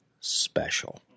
special